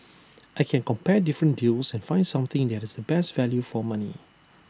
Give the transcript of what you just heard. I can compare different deals and find something that has the best value for money